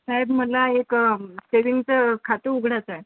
साहेब मला एक सेविंगचं खातं उघडाचं आहे